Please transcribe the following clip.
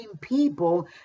people